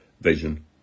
vision